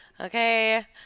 okay